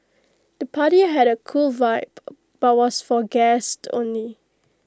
the party had A cool vibe but was for guests only